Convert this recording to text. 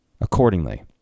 accordingly